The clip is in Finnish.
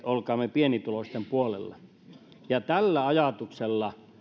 olkaamme pienituloisten puolella tällä ajatuksella